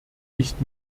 nicht